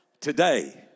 today